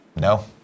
No